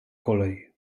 kolej